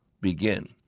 begin